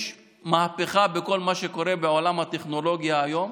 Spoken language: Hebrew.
יש מהפכה בכל מה שקורה בעולם הטכנולוגיה היום.